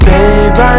Babe